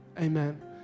amen